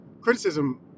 criticism